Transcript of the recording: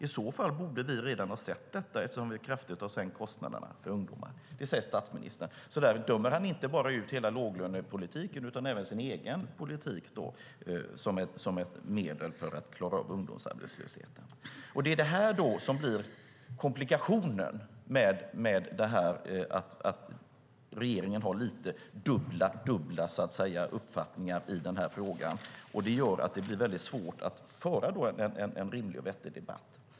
I så fall så borde vi redan ha sett detta eftersom vi kraftigt har sänkt kostnaderna" - för ungdomar - säger statsministern. Där dömer han inte bara ut hela låglönepolitiken utan även sin egen politik som ett medel för att klara av ungdomsarbetslösheten. Komplikationen med att regeringen har dubbla uppfattningar i frågan är att det blir svårt att föra en rimlig och vettig debatt.